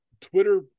Twitter